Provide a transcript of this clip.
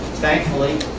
thankfully,